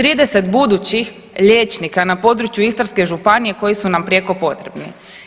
30 budućih liječnika na području Istarske županije koji su nam prijeko potrebi.